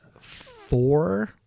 four